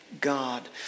God